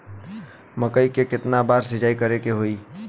मकई में केतना बार सिंचाई करे के होई?